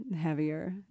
heavier